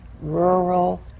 rural